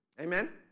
Amen